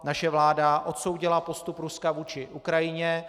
Naše vláda odsoudila postup Ruska vůči Ukrajině.